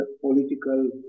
political